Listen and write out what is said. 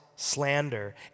Slander